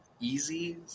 easy